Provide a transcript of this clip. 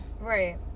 right